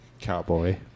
cowboy